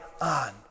on